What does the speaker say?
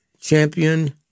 champion